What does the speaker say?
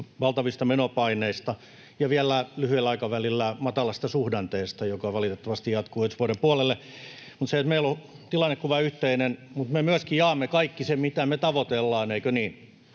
valtavista menopaineista ja vielä lyhyellä aikavälillä matalasta suhdanteesta, joka valitettavasti jatkuu ensi vuoden puolelle. Mutta meillä on tilannekuva yhteinen ja me myöskin jaamme kaikki sen, mitä me tavoitellaan — eikö niin?